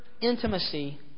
intimacy